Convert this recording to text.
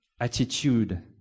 attitude